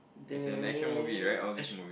then actually